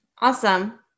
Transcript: Awesome